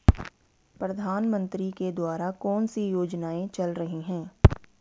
प्रधानमंत्री के द्वारा कौनसी योजनाएँ चल रही हैं?